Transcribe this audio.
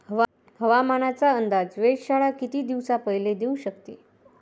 हवामानाचा अंदाज वेधशाळा किती दिवसा पयले देऊ शकते?